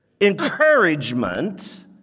Encouragement